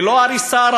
ולא רק הריסה,